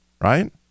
right